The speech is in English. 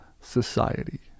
society